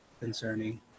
concerning